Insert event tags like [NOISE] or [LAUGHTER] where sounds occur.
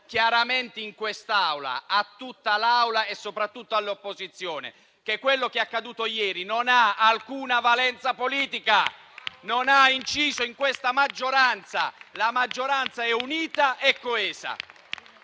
chiaramente in quest'Aula, a tutta l'Assemblea e soprattutto all'opposizione, che quello che è accaduto ieri non ha alcuna valenza politica, non ha inciso in questa maggioranza. [APPLAUSE] La maggioranza è unita e coesa.